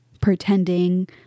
pretending